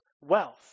wealth